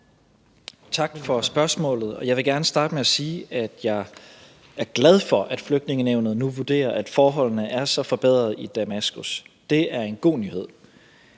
Tak for spørgsmålet. Jeg vil gerne starte med at sige, at jeg er glad for, at Flygtningenævnet nu vurderer, at forholdene er så forbedrede i Damaskus. Det er en god nyhed.